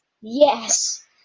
yes